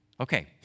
Okay